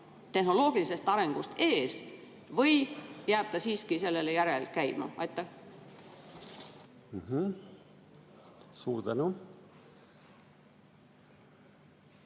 tehnoloogilisest arengust ees või jääb ta siiski selle järel käima? Suur